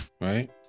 right